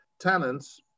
talents